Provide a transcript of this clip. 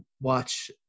watch